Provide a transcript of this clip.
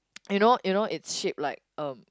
you know you know it's shaped like um